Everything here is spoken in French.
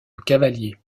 cavaliers